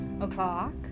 o'clock